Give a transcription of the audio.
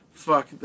Fuck